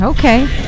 Okay